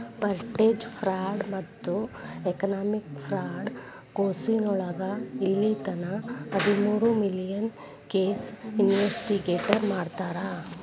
mortgage fraud ಮತ್ತ economic fraud ಕೆಸೋಳಗ ಇಲ್ಲಿತನ ಹದಮೂರು ಮಿಲಿಯನ್ ಕೇಸ್ ಇನ್ವೆಸ್ಟಿಗೇಟ್ ಮಾಡ್ಯಾರ